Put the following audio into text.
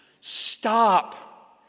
Stop